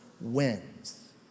wins